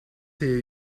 here